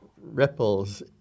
ripples